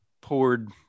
poured